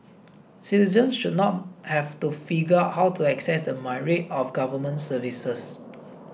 citizens should not have to figure out how to access the myriad of government services